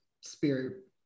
spirit